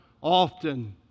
often